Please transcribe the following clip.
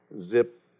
Zip